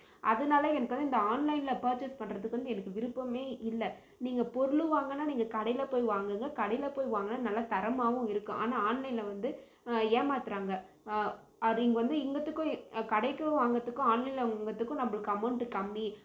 அதனால எனக்கு வந்து இந்த ஆன்லைனில் பர்ச்சேஸ் பண்ணுறத்துக்கு வந்து எனக்கு விருப்பமே இல்லை நீங்கள் பொருள் வாங்கினா நீங்கள் கடையில் போய் வாங்கிங்க கடையில் போய் வாங்கினா நல்ல தரமாகவும் இருக்கும் ஆனால் ஆன்லைனில் வந்து ஏமாற்றுறாங்க அது இங்கே வந்து இங்கத்துக்கும் கடைக்கும் வாங்கறத்துக்கும் ஆன்லைனில் வாங்கறத்துக்கும் நம்மளுக்கு அமௌண்ட்டு கம்மி